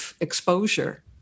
exposure